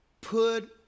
Put